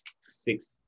six